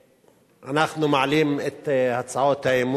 אנחנו מעלים את הצעות האי-אמון,